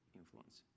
influence